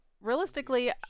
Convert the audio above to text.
realistically